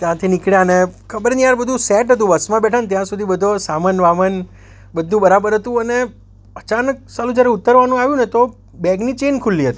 ત્યાંથી નીકળ્યા ને ખબર નહીં યાર બધું સેટ હતું બસમાં બેઠા ને ત્યાં સુધી બધો સામાન વામાન બધુ બરાબર હતું અને અચાનક સાલું જ્યારે ઉતરવાનું આવ્યું ને તો બેગની ચેન ખુલ્લી હતી